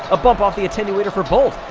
a bump off the attenuator for bolt.